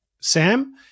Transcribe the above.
Sam